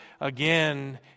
again